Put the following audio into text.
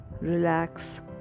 relax